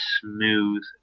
smooth